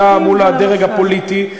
אתה מול הדרג הפוליטי,